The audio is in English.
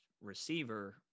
receiver